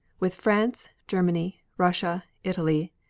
with france, germany, russia, italy,